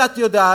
כי את יודעת,